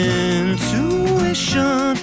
intuition